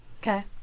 Okay